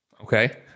Okay